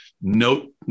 note